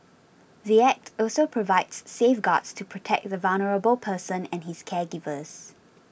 the Act also provides safeguards to protect the vulnerable person and his caregivers